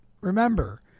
remember